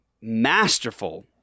masterful